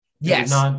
Yes